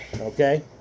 Okay